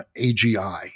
AGI